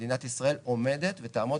מדינת ישראל עומדת ותעמוד